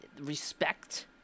respect